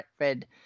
red